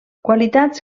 qualitats